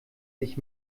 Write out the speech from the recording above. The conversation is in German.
sich